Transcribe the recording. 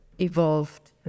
evolved